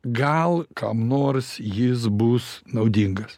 gal kam nors jis bus naudingas